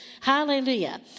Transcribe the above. Hallelujah